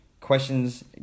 questions